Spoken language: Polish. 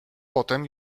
potem